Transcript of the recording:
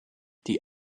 die